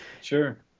sure